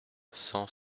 cent